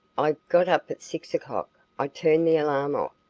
i got up at six o'clock. i turned the alarm off.